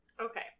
Okay